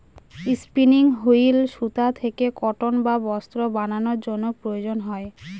spinning wheel সুতা থেকে cotton বা বস্ত্র বানানোর জন্য প্রয়োজন হয়